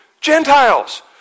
Gentiles